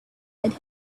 said